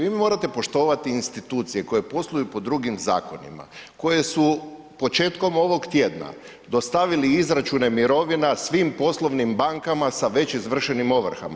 Vi morate poštovati institucije koje posluju po drugim zakonima, koje su početkom ovog tjedna dostavili izračune mirovina svim poslovnim bankama sa već izvršenim ovrhama.